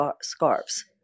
scarves